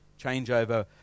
changeover